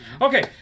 Okay